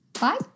Bye